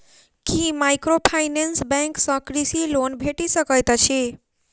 की microfinance bank सँ कृषि loan भेटि सकैत अछि?